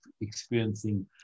experiencing